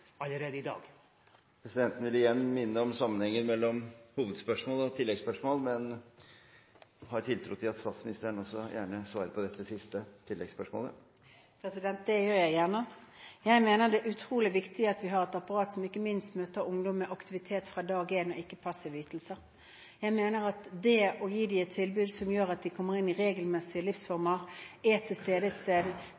allerede i dag? Presidenten vil igjen minne om sammenhengen mellom hovedspørsmål og oppfølgingsspørsmål, men har tiltro til at statsministeren også gjerne svarer på dette siste oppfølgingsspørsmålet. Det gjør jeg gjerne. Jeg mener det er utrolig viktig at vi har et apparat som – ikke minst – møter ungdom med aktivitet fra dag én og ikke med passive ytelser. Jeg mener at det å gi dem et tilbud som gjør at de kommer inn i regelmessige